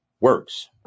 works